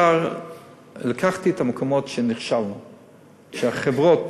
לקחתי את המקומות שנכשלנו בהם, שהחברות